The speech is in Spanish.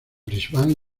brisbane